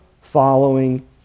following